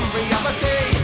reality